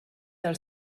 del